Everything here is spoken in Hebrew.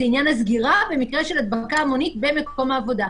עניין הסגירה במקרה של הדבקה המונית במקום העבודה.